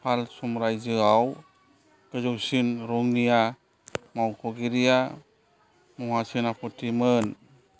पाल सम्रायजोआव गोजौसिन रौनिया मावख'गिरिया महा सेनापतिमोन